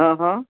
અંહં અંહં